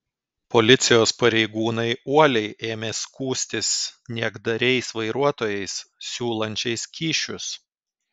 policijos pareigūnai uoliai ėmė skųstis niekdariais vairuotojais siūlančiais kyšius